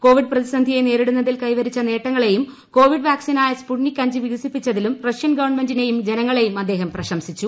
Covid പ്രതിസന്ധിയെ നേരിടുന്നതിൽ കൈവരിച്ച നേട്ടങ്ങളെയും കോവിഡ് വാക്സിനായ സ്പൂട്നിക് അഞ്ച് വികസിപ്പിച്ചതിലും റഷ്യൻ ഗവൺമെന്റിനെയും ജനങ്ങളെയും അദ്ദേഹം പ്രശംസിച്ചു